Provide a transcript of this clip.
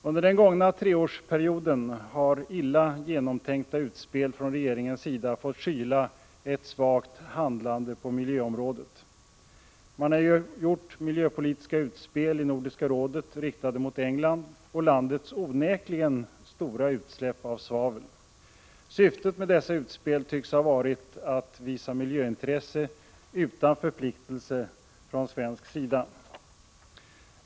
Under den gångna treårsperioden har illa genomtänkta utspel från regeringen fått skyla ett svagt handlande på miljöområdet. Man har gjort miljöpolitiska utspel i Nordiska rådet riktade mot England och landets onekligen stora utsläpp av svavel. Syftet med dessa starka utspel tycks ha varit att visa miljöintresse utan förpliktelser från svensk sida.